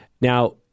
now